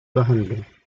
behandlung